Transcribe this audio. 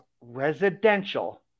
residential